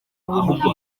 ahubwo